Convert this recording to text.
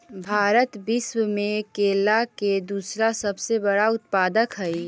भारत विश्व में केला के दूसरा सबसे बड़ा उत्पादक हई